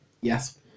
Yes